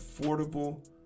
affordable